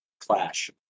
clash